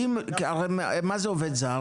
הרי מה זה עובד זר?